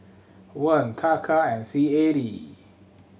Won Taka and C A D